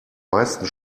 meisten